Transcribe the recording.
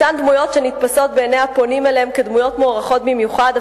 אותן דמויות שנתפסות בעיני הפונים אליהם כדמויות מוערכות במיוחדות,